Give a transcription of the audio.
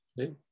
Okay